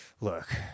look